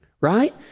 Right